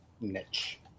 niche